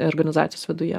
organizacijos viduje